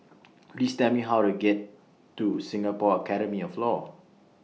Please Tell Me How to get to Singapore Academy of law